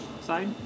side